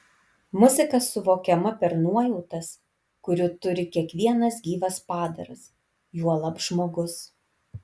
muzika suvokiama per nuojautas kurių turi kiekvienas gyvas padaras juolab žmogus